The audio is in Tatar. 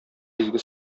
изге